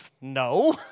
no